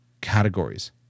categories